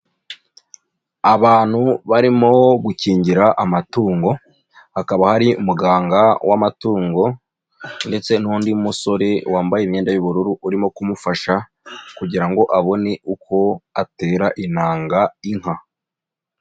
Abantu barimo gukingira amatungo, hakaba hari umuganga w'amatungo ndetse n'undi musore wambaye imyenda y'ubururu urimo kumufasha kugira ngo abone uko atera inanga inka.